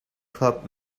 club